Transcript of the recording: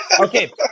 Okay